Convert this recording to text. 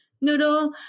noodle